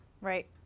Right